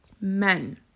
Men